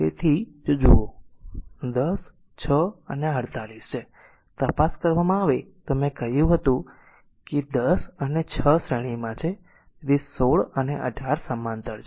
તેથી જો જુઓ તો 10 6 છે આ 48 છે હવે જો તપાસ કરવામાં આવે તો મેં કહ્યું કે 10 અને 6 શ્રેણીમાં છે તેથી 16 અને 48 સમાંતર છે